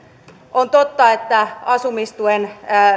on totta että asumistuen